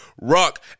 Rock